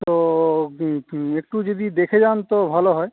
তো একটু যদি দেখে যান তো ভালো হয়